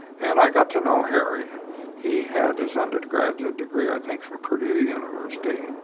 and i got to know harry he had his undergraduate degree, i think from purdue university.